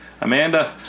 Amanda